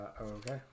okay